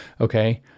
Okay